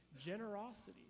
generosity